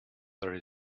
there